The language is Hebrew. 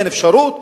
אין אפשרות,